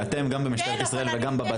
אתם גם במשטרת ישראל וגם בבט"פ --- כן,